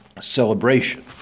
celebration